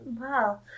Wow